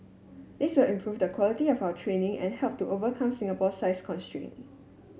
this will improve the quality of our training and help to overcome Singapore size constraint